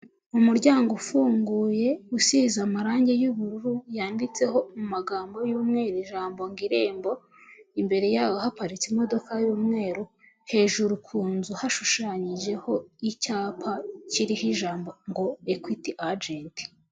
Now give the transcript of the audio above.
Umuryango ufunguye usize amarangi y'ubururu yanditseho mu magambo y'umweru, ijambo ngo irembo imbere yaho haparitse imodoka y'umweru, hejuru ku nzu hashushanyijeho icyapa kiriho ijambo ngo ekwiti ajenti.